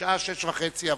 השעה 18:30 עברה.